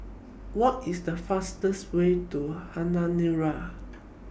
What IS The fastest Way to Honiara